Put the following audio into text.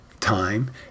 time